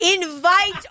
invite